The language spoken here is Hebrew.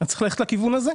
צריך ללכת לכיוון הזה,